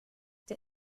der